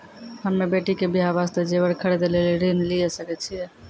हम्मे बेटी के बियाह वास्ते जेबर खरीदे लेली ऋण लिये सकय छियै?